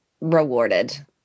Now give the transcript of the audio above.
rewarded